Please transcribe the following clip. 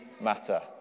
matter